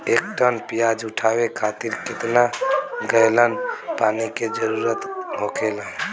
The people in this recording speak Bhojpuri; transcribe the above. एक टन प्याज उठावे खातिर केतना गैलन पानी के जरूरत होखेला?